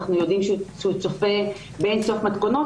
אנחנו יודעים שהוא צופה באינסוף מתכונות.